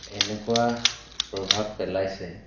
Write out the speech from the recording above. এনেকুৱা প্ৰভাৱ পেলাইছে